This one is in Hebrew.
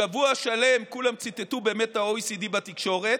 שבוע שלם כולם ציטטו באמת את ה-OECD בתקשורת,